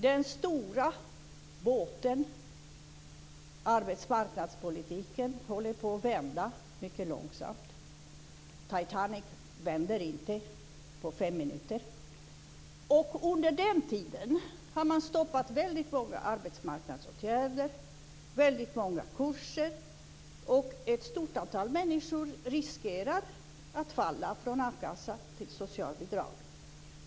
Den stora båten, arbetsmarknadspolitiken, håller på att vända mycket långsamt. Men Titanic vänder inte på fem minuter. Under den tiden har man stoppat många arbetsmarknadsåtgärder och många kurser, och ett stort antal människor riskerar att falla från a-kassa till socialbidrag.